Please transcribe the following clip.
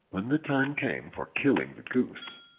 when the time came for killing the goose,